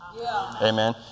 Amen